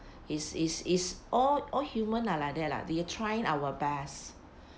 is is is all all human are like that lah we are trying our best